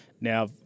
Now